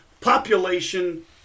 population